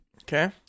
Okay